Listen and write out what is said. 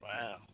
Wow